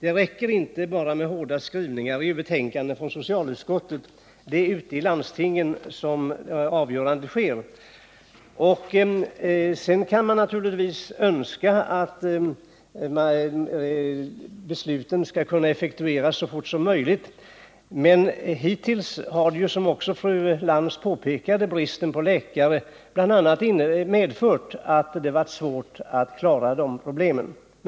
Det räcker inte bara med hårda skrivningar från socialutskottet, eftersom det är ute i landstingen som avgörandena sker. Sedan kan man naturligtvis önska att besluten skall effektueras så fort som möjligt, men hittills har, som också fru Lantz påpekade, bl.a. bristen på läkare medfört att det varit svårt att klara dessa problem.